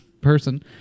person